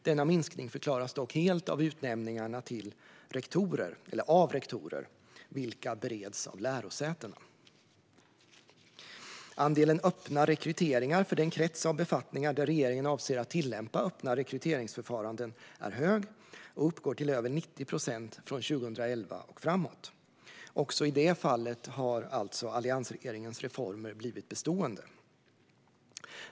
Denna minskning förklaras dock helt av utnämningarna av rektorer, vilka bereds av lärosätena. Andelen öppna rekryteringar för den krets av befattningar där regeringen avser att tillämpa öppna rekryteringsförfaranden är hög och uppgår till över 90 procent från 2011 och framåt. Också i det fallet har alltså alliansregeringens reformer blivit bestående.